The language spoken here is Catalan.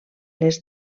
les